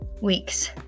weeks